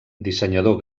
dissenyador